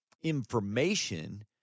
information